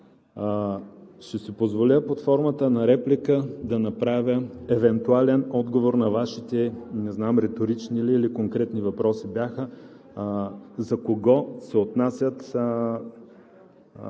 ще си позволя под формата на реплика да направя евентуален отговор на Вашите – не знам, реторични или конкретни въпроси бяха, за кого се отнасят